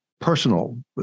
personal